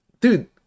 dude